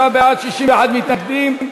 59 בעד, 61 מתנגדים.